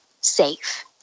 safe